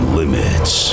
limits